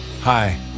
Hi